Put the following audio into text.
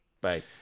Bye